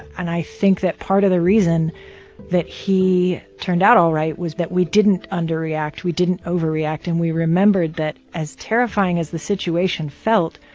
and i think that part of the reason that he turned all right was that we didn't underreact, we didn't overreact, and we remembered that, as terrifying as the situation felt,